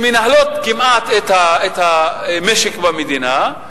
שמנהלות כמעט את המשק במדינה,